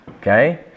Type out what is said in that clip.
Okay